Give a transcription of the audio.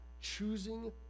choosing